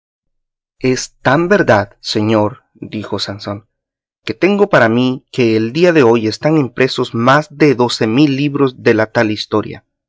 tan verdad señor dijo sansón que tengo para mí que el día de hoy están impresos más de doce mil libros de la tal historia